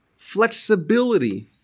flexibility